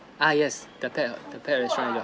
ah yes the pet the pet restaurant at your